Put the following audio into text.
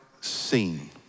seen